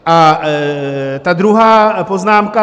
A ta druhá poznámka.